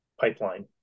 pipeline